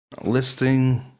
listing